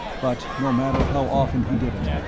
but no matter how often he did it,